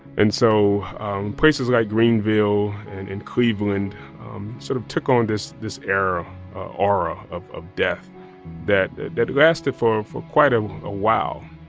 and so places like greenville and and cleveland sort of took on this this ah aura of of death that that lasted for for quite a ah while